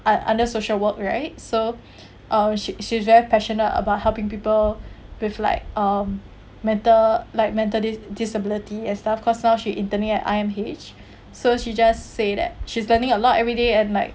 I under social work right so uh she she very passionate about helping people with like um matter like mentally disability that stuff because now she is interning at I_M_H so she just say that she's learning a lot every day and like